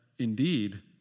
Indeed